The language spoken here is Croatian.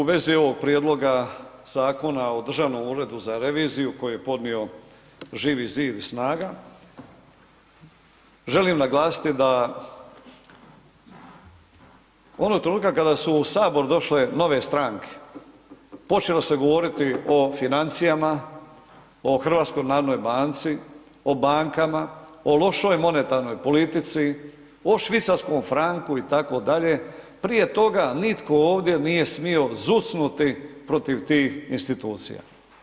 U vezi ovog Prijedloga zakona o Državnom uredu za reviziju koju je podnio Živi zid i SNAGA, želim naglasiti da onog trenutka kada su u Sabor došle nove stranke počelo se govoriti o financijama, o HNB-u, o bankama, o lošoj monetarnoj politici, o švicarskom franku itd., prije toga nitko ovdje nije smio zucnuti protiv tih institucija.